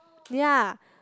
ya